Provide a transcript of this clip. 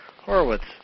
Horowitz